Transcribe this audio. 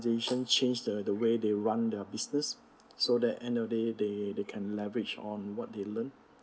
change the way they run their business so that end of day they they can leverage on what they learn